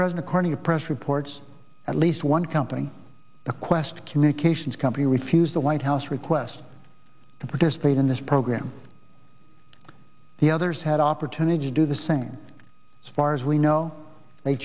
president according to press reports at least one company a qwest communications company refused the white house request to participate in this program the others had opportunity to do the same as far as we know they